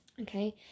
Okay